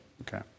Okay